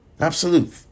Absolute